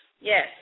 yes